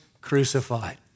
crucified